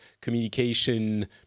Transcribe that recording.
communication